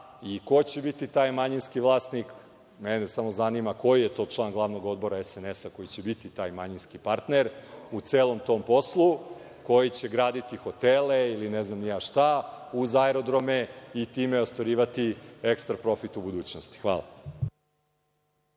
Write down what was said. i ko će biti taj manjinski vlasnik. Mene samo zanima koji je to član glavnog odbora SNS koji će biti taj manjinski partner u celom tom poslu, koji će graditi hotele ili ne znam šta uz aerodrome i time ostvarivati ekstra profit u budućnosti. Hvala.